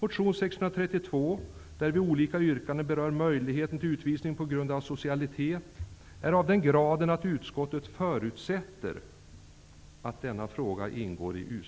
Motion 632, i vilken vi i olika yrkanden berör möjligheten till utvisning på grund av asocialitet, är av den graden att utskottet förutsätter att denna fråga skall ingå i